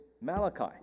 Malachi